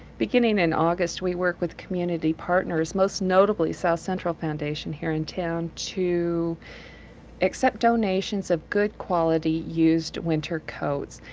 beginning in august, we work with community partners, most notably southcentral foundation here in town, to accept donations of good quality used winter coats.